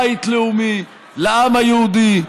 בית לאומי לעם היהודי,